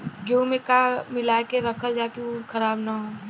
गेहूँ में का मिलाके रखल जाता कि उ खराब न हो?